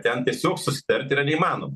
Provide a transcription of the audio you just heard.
ten tiesiog susitart yra neįmanoma